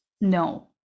no